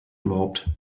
überhaupt